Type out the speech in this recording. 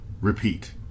Repeat